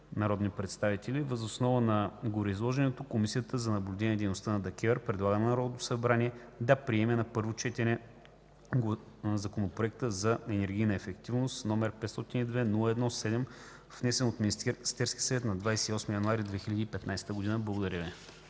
„въздържали се”. Въз основа на гореизложеното Комисията за наблюдение на дейността на ДКЕВР предлага на Народното събрание да приеме на първо четене Законопроекта за енергийната ефективност № 502 01 7, внесен от Министерския съвет на 28 януари 2015 г.” Благодаря Ви.